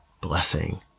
blessing